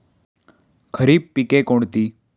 खरीप पिके कोणती?